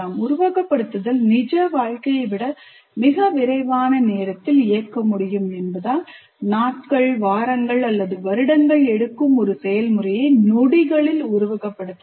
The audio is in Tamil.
உருவகப்படுத்துதல் நிஜ வாழ்க்கையை விட மிக விரைவான நேரத்தில் இயக்க முடியும் என்பதால் நாட்கள் வாரங்கள் வருடங்கள் எடுக்கும் ஒரு செயல்முறையை நொடிகளில் உருவகப்படுத்தலாம்